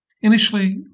Initially